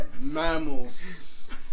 Mammals